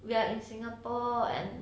we are in singapore and